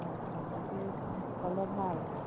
অঁ অঁ বাকী সকলোৰে ভাল